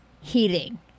heating